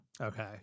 Okay